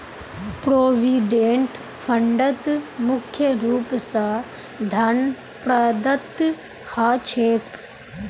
provident फंडत मुख्य रूप स धन प्रदत्त ह छेक